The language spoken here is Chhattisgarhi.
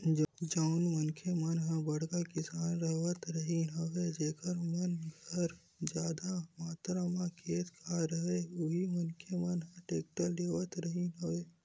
जउन मनखे मन ह बड़का किसान राहत रिहिन हवय जेखर मन घर जादा मातरा म खेत खार राहय उही मनखे मन ह टेक्टर लेवत रिहिन हवय